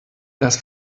das